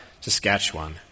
Saskatchewan